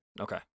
Okay